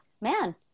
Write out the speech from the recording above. man